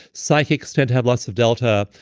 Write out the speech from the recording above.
psychics tend to have lots of delta.